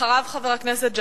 5316 ו-5328.